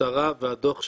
המשטרה והדוח שלה,